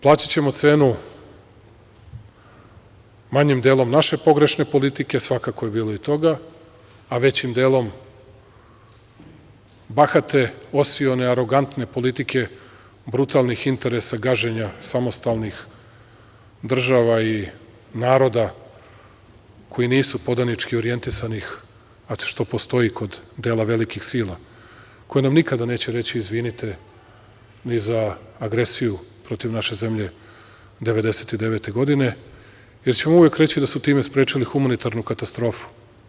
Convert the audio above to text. Plaćaćemo cenu manjim delom naše pogrešne politike, svakako je bilo i toga, a većim delom bahate, osione, arogantne politike brutalnih interesa gaženja samostalnih država i naroda koji nisu podanički orijentisani, a što postoji kod dela velikih sila, koje nam nikada neće reći – izvinite ni za agresiju protiv naše zemlje 1999. godine, jer će uvek reći da su time sprečili humanitarnu katastrofu.